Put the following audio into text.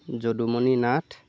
Jadumoni Nath